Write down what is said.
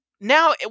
Now